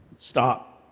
stop.